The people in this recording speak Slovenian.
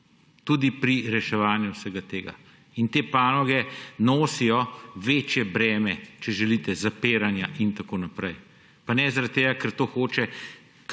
Tudi pri reševanju vsega tega in te panoge nosijo večje breme, če želite, zapiranja in tako naprej. Pa ne zaradi tega, ker to hoče